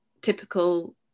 typical